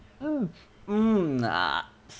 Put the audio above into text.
hmm um nah